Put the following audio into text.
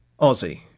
Aussie